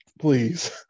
Please